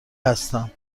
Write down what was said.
هستم